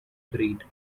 breed